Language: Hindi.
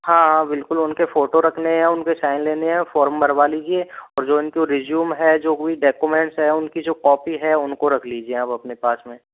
हाँ हाँ बिल्कुल उनके फ़ोटो रखने हैं उनके साइन लेने हैं फॉर्म भरवा लीजिए और जो उनके रिज्यूम है जो हुई डेक्यूमेंटस है उनकी जो कॉपी है उनको रख लीजिए आप अपने पास में